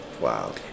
wow